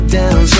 down